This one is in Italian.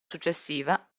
successiva